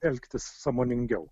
elgtis sąmoningiau